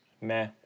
Meh